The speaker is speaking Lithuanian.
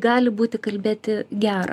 gali būti kalbėti gera